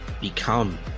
become